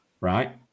right